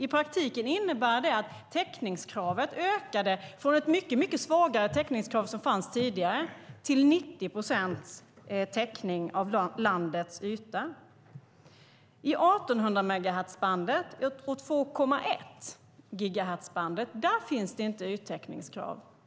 I praktiken innebär det att täckningskravet ökade från ett mycket svagare täckningskrav som fanns tidigare till 90 procents täckning av landets yta. I 1 800-megahertzbandet och 2,1-gigahertzbandet finns det inte yttäckningskrav.